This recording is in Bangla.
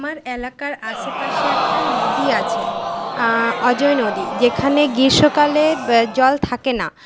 আমার এলাকার আশেপাশে একটা নদী আছে অজয় নদী যেখানে গ্রীষ্মকালে জল থাকে না